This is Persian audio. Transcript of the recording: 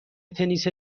تنیس